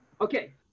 Okay